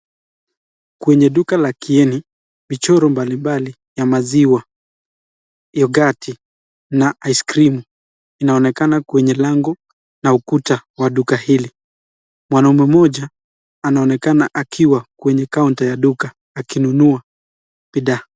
Kwenye duka la Kieni, michoro mbalimbali ya maziwa, yoghurti , na ice cream inaonekana kwenye lango na ukuta wa duka hili. Mwanaume mmoja anaonekana akiwa kwenye kaunta ya duka akinunua bidhaa.